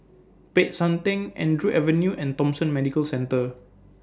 Peck San Theng Andrew Avenue and Thomson Medical Centre